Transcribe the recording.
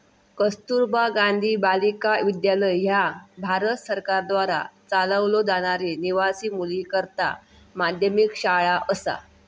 कस्तुरबा गांधी बालिका विद्यालय ह्या भारत सरकारद्वारा चालवलो जाणारी निवासी मुलींकरता माध्यमिक शाळा असा